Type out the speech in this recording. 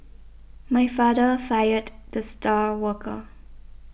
my father fired the star worker